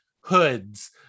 hoods